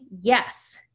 Yes